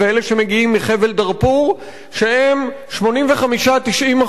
שהם 85% 90% ממבקשי החיים האפריקנים.